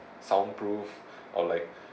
sound proof or like